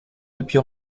depuis